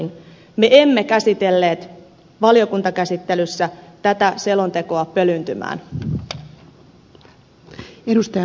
me emme käsitelleet valiokuntakäsittelyssä tätä selontekoa pölyyntymään